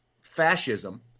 fascism